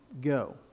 go